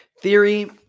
theory